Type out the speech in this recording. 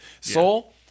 Soul